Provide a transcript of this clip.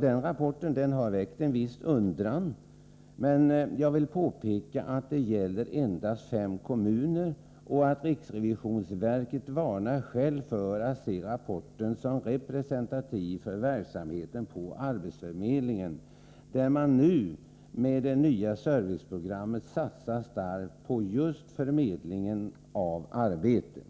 Denna rapport har väckt en viss undran, men jag vill påpeka att den gäller endast fem kommuner och att riksrevisionsverket självt varnar för att se rapporten som representativ för verksamheten på arbetsförmedlingarna, där man nu med det nya serviceprogrammet satsar starkt på just förmedlingen av arbete.